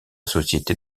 société